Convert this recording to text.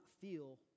feel